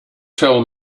tell